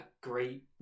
great